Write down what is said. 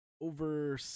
over